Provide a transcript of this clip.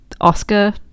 Oscar